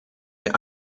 der